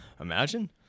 Imagine